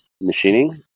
machining